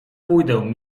pójdę